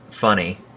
funny